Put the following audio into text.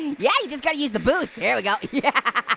yeah, you just gotta use the boost. there we go. yeah